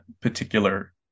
particular